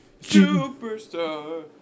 superstar